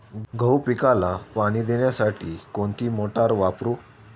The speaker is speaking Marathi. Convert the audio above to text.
गहू पिकाला पाणी देण्यासाठी कोणती मोटार वापरू?